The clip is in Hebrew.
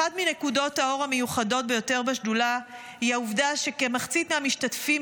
אחת מנקודות האור המיוחדות ביותר בשדולה היא העובדה שכמחצית מהמשתתפים